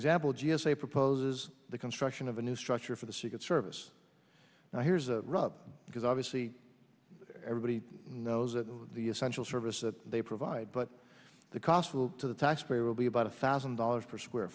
example g s a proposes the construction of a new structure for the secret service now here's a rub because obviously everybody knows that the essential service that they provide but the cost to the taxpayer will be about a thousand dollars per square